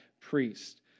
priest